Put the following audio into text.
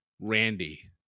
Randy